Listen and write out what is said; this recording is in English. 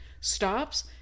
stops